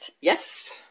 yes